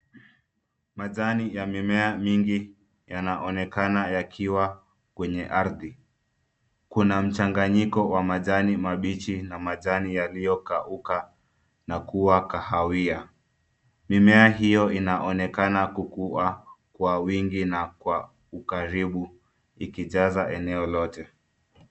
Majani ya mimea mingi yanaonekana yakiwa kwenye ardhi. Kuna mchanganyiko wa majani mabichi na majani yaliyokauka na kuwa kahawia. Mimea hio inaonekana kukua kwa wingi na kwa ukaribu ukijaza eneo lote.